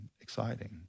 exciting